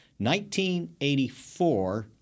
1984